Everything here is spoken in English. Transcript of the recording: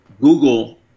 Google